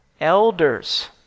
elders